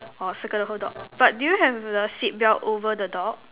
orh circle the whole dog but do you have the seat belt over the dog